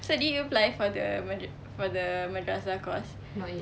so did you apply for the madra~ for the madrasah course